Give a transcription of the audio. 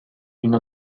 une